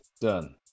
Done